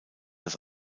das